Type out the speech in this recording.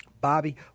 Bobby